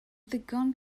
ddigon